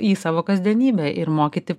į savo kasdienybę ir mokyti